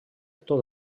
tot